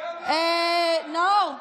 נאור,